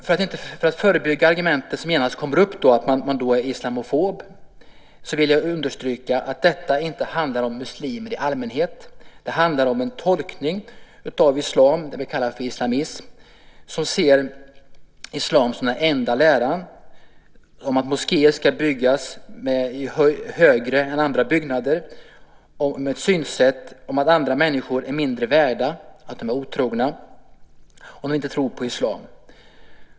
För att förebygga det argument som då genast kommer upp, att man är islamofob, vill jag understryka att detta inte handlar om muslimer i allmänhet. Det handlar om en tolkning av islam, det vi kallar islamism, som ser islam som den enda läran, som vill att moskéer ska byggas högre än andra byggnader, ett synsätt att andra människor är mindre värda och är otrogna om de inte tror på islam.